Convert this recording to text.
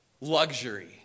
luxury